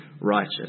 righteous